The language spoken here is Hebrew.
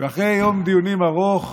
אחרי יום דיונים ארוך,